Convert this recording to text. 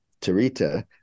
Tarita